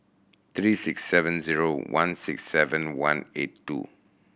three six seven zero one six seven one eight two